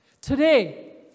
Today